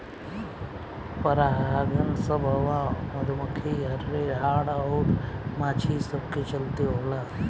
परागन सभ हवा, मधुमखी, हर्रे, हाड़ अउर माछी ई सब के चलते होला